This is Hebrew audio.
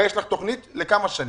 הרי יש לך תוכנית לכמה שנים.